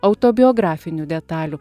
autobiografinių detalių